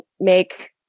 make